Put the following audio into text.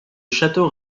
château